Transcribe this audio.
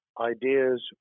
ideas